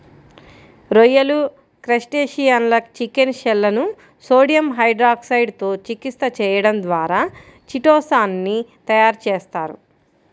రొయ్యలు, క్రస్టేసియన్ల చిటిన్ షెల్లను సోడియం హైడ్రాక్సైడ్ తో చికిత్స చేయడం ద్వారా చిటో సాన్ ని తయారు చేస్తారు